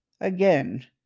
Again